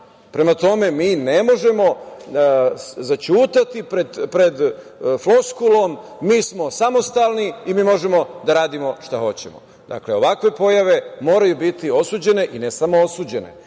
Prema tome, mi ne možemo zaćutati pred floskulom – mi smo samostalni i mi možemo da radimo šta hoćemo. Dakle, ovakve pojave moraju biti osuđene i ne samo osuđene,